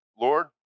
Lord